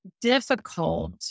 difficult